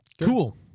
cool